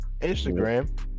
Instagram